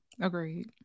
agreed